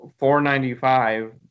$4.95